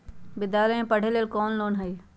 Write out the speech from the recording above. विद्यालय में पढ़े लेल कौनो लोन हई?